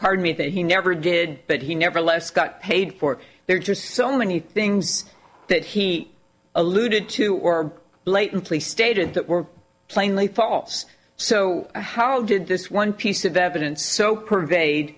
pardon me that he never did but he never less got paid for there are so many things that he alluded to or blatantly stated that were plainly false so how did this one piece of evidence so pervade